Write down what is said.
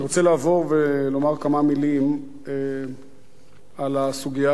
אני רוצה לבוא ולומר כמה מלים על הסוגיה